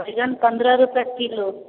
बैगन पनरह रुपै किलो